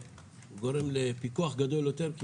וגורם לפיקוח גדול יותר.